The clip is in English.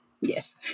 Yes